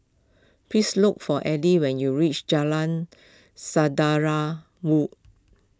please look for Eddie when you reach Jalan Saudara Wu